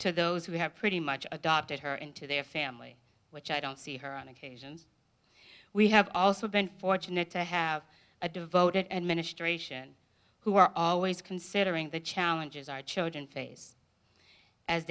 to those who have pretty much adopted her into their family which i don't see her on occasions we have also been fortunate to have a devoted and minister who are always considering the challenges our children face as